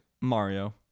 Mario